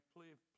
Please